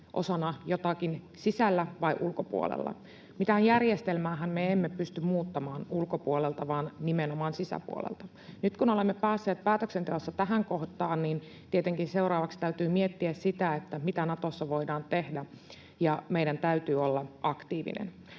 osana jotakin sisällä vai ulkopuolella. Mitään järjestelmäähän me emme pysty muuttamaan ulkopuolelta vaan nimenomaan sisäpuolelta. Nyt kun olemme päässeet päätöksenteossa tähän kohtaan, niin tietenkin seuraavaksi täytyy miettiä sitä, mitä Natossa voidaan tehdä. Meidän täytyy olla aktiivinen.